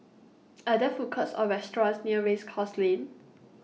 Are There Food Courts Or restaurants near Race Course Lane